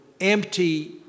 empty